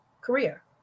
career